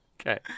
Okay